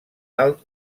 alt